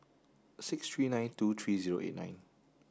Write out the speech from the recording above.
six three nine two three zero eight nine